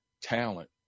talent